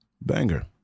banger